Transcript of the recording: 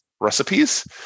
recipes